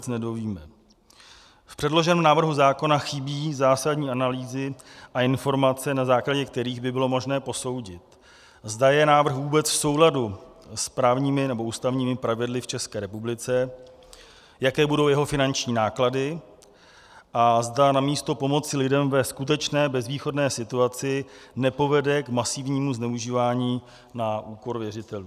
V předloženém návrhu zákona chybí zásadní analýzy a informace, na základě kterých by bylo možné posoudit, zda je návrh vůbec v souladu s právními, nebo ústavními pravidly v České republice, jaké budou jeho finanční náklady a zda namísto pomoci lidem ve skutečné bezvýchodné situaci nepovede k masivnímu zneužívání na úkor věřitelům.